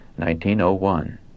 1901